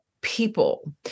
people